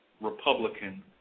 Republican